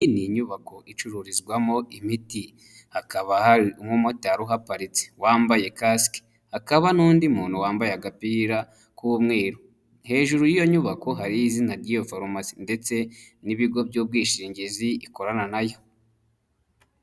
Iyi ni inyubako icururizwamo imiti, hakaba hari umumotari uhaparitse wambaye kasike, hakaba n'undi muntu wambaye agapira k'umweru. Hejuru y'iyo nyubako hariho izina ry'iyo farumasi ndetse n'ibigo by'ubwishingizi bikorana nayo.